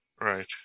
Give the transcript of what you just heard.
Right